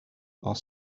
are